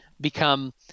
become